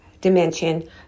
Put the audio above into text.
dimension